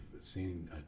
seen